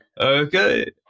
okay